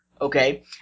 okay